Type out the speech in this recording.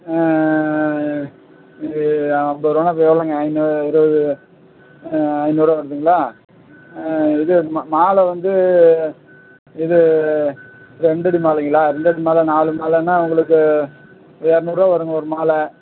ஆ இது ஐம்பது ரூபான்னா அப்புறம் எவ்வளோங்க ஐந்நூ இது ஐந்நூற்ரூபா வருதுங்களா இது ம மாலை வந்து இது ரெண்டடி மாலைங்களா ரெண்டடி மாலை நாலு மாலைன்னால் உங்களுக்கு இரநூற்ருவா வருங்க ஆ ஒரு மாலை